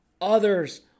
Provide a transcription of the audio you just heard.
others